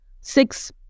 six